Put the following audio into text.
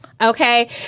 Okay